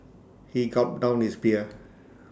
he gulped down his beer